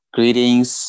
Greetings